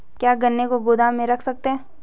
क्या गन्ने को गोदाम में रख सकते हैं?